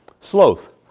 sloth